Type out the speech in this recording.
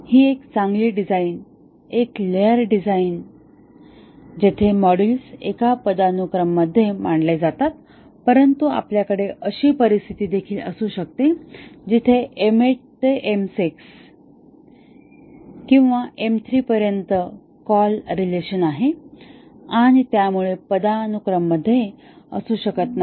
ही एक चांगली डिझाइन एक लेअरडिझाइन जिथे मॉड्यूल्स एका पदानुक्रममध्ये मांडल्या जातात परंतु आपल्याकडे अशी परिस्थिती देखील असू शकते जिथे M8 ते M6 किंवा M3 पर्यंत कॉल रिलेशन आहे आणि त्यामुळे पदानुक्रममध्ये असू शकत नाही